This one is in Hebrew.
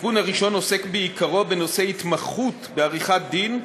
התיקון הראשון עוסק בעיקרו בנושאי התמחות בעריכת-דין,